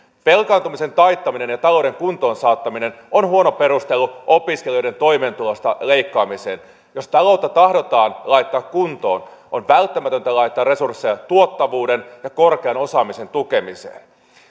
velkaantumisen taittaminen ja talouden kuntoon saattaminen on huono perustelu opiskelijoiden toimeentulosta leikkaamiseen jos taloutta tahdotaan laittaa kuntoon on välttämätöntä laittaa resursseja tuottavuuden ja korkean osaamisen tukemiseen